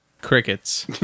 Crickets